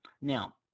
Now